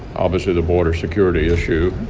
obviously, the border security issue.